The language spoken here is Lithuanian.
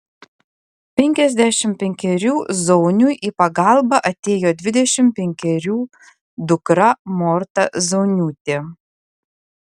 penkiasdešimt penkerių zauniui į pagalbą atėjo dvidešimt penkerių dukra morta zauniūtė